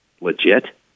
legit